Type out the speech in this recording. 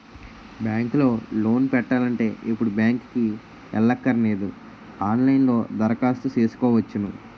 bank లో loan పెట్టాలంటే ఇప్పుడు బ్యాంకుకి ఎల్లక్కరనేదు ఆన్ లైన్ లో దరఖాస్తు సేసుకోవచ్చును